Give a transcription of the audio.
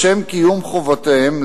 לשם קיום חובותיהם,